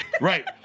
right